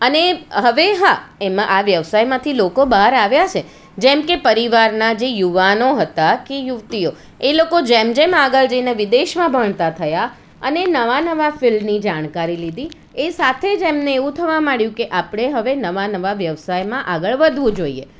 અને હવે હા એમાં આ વ્યવસાયમાંથી લોકો બહાર આવ્યા છે જેમ કે પરિવારના જે યુવાનો હતા કે યુવતીઓ એ લોકો જેમ જેમ આગળ જઈને વિદેશમાં ભણતા થયા અને નવા નવા ફિલ્ડની જાણકારી લીધી એ સાથે જ એમને એવું થવા માંડ્યું કે આપણે હવે નવા નવા વ્યવસાયમાં આગળ વધવું જોઇએ